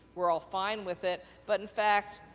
we're all fine with it but, in fact,